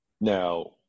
Now